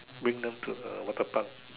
bring them to the water Park